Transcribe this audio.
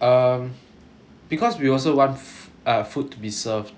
um because we also want uh food to be served